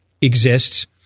exists